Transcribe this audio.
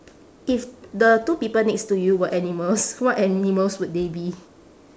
if the two people next to you were animals what animals would they be